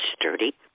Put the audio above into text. sturdy